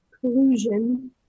collusion